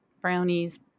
brownies